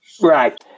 Right